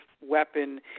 weapon